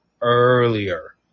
earlier